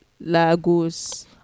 lagos